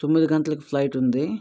తొమ్మిది గంటలకు ఫ్లైట్ ఉంది